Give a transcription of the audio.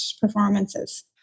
performances